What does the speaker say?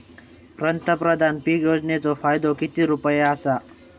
पंतप्रधान पीक योजनेचो फायदो किती रुपये आसा?